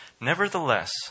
Nevertheless